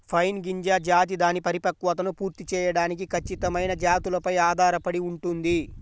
pine గింజ జాతి దాని పరిపక్వతను పూర్తి చేయడానికి ఖచ్చితమైన జాతులపై ఆధారపడి ఉంటుంది